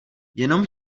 jenom